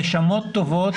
נשמות טובות,